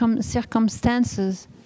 circumstances